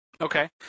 Okay